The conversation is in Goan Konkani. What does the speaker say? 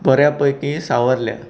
बऱ्यापैकी सावरल्या